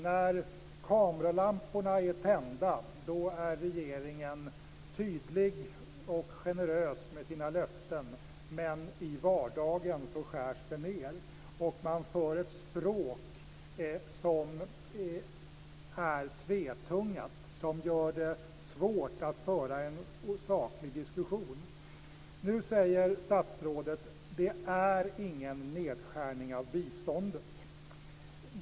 När kameralamporna är tända är regeringen tydlig och generös med löften. I vardagen skärs det ned. Regeringen talar med dubbla tungor, vilket gör det svårt att föra en saklig diskussion. Statsrådet säger att det inte rör sig om någon nedskärning av biståndet.